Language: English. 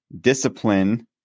discipline